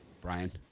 Brian